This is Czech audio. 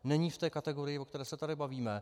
Není v té kategorii, o které se tady bavíme.